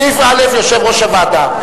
סעיף א', יושב-ראש הוועדה,